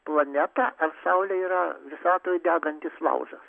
planeta ar saulė yra visatoj degantis laužas